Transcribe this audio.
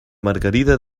margarida